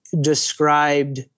described